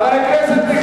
חבר הכנסת אלקין.